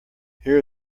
here